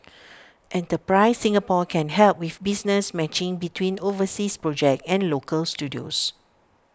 enterprise Singapore can help with business matching between overseas projects and local studios